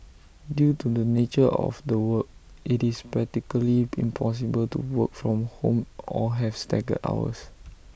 due to the nature of the work IT is practically impossible to work from home or have staggered hours